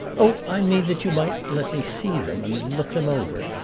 oh, i mean that you might let me see them and look them over.